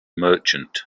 merchant